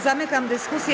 Zamykam dyskusję.